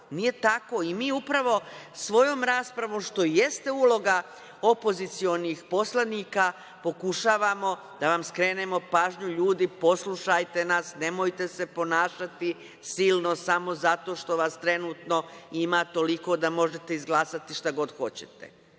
Nije tako i mi upravo svojom raspravom, što i jeste uloga opozicionih poslanika, pokušavamo da vam skrenemo pažnju, ljudi poslušajte nas, nemojte se ponašati silno samo zato što vas trenutno ima toliko da možete izglasati šta god hoćete. Danas